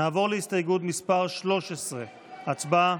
נעבור להסתייגות מס' 13. הצבעה.